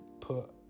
put